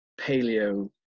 paleo